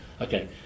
okay